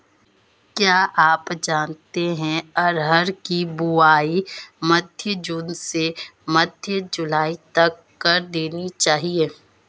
क्या आप जानते है अरहर की बोआई मध्य जून से मध्य जुलाई तक कर देनी चाहिये?